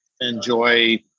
enjoy